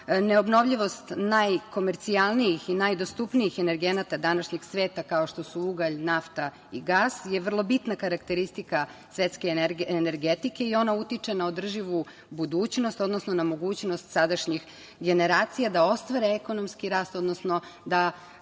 tokova. Neobnovljivost najkomercijalnijih i najzastupnijih energenata današnjeg svega kao što su ugalj, nafta i gas je vrlo bitna karakteristika svetske energetike i ona utiče na održivu budućnosti, odnosno na mogućnost sadašnjih generacija da ostvare ekonomski rast, odnosno da